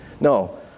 No